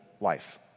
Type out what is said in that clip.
life